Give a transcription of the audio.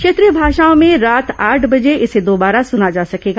क्षेत्रीय भाषाओं में रात आठ बजे इसे दोबारा सना जा सकेगा